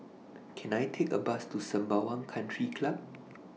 Can I Take A Bus to Sembawang Country Club